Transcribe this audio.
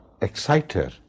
exciter